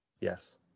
Yes